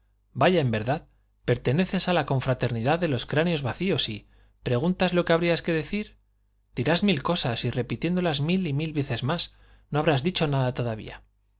vaya en verdad perteneces a la confraternidad de los cráneos vacíos y preguntas lo que habrías de decir dirás mil cosas y repitiéndolas mil y mil veces más no habrás dicho nada todavía